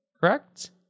correct